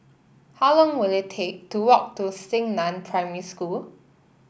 how long will it take to walk to Xingnan Primary School